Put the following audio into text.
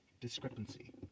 Discrepancy